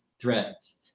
threads